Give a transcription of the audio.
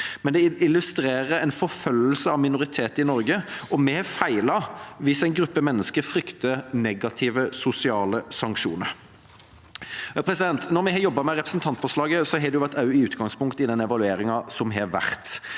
Det illustrerer en forfølgelse av en minoritet i Norge, og vi har feilet hvis en gruppe mennesker frykter negative sosiale sanksjoner. Når vi har jobbet med representantforslaget, har det vært med utgangspunkt i den evalueringen som har vært.